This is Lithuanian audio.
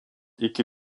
iki